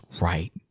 right